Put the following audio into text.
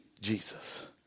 Jesus